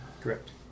Correct